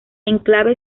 enclave